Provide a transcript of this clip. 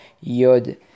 Yod